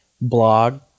blog